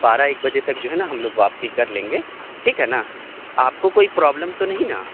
بارہ ایک بجے تک جو ہے نا ہم لوگ واپسی کر لیں گے ٹھیک ہے نا آپ کو کوئی پرابلم تو نہیں نا